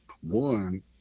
one